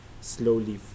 slowly